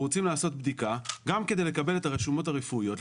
אנחנו רוצים לעשות בדיקה גם כדי לקבל את הרשומות הרפואיות,